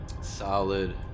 Solid